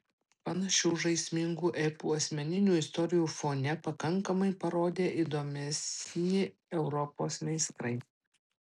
panašių žaismingų epų asmeninių istorijų fone pakankamai parodė įdomesni europos meistrai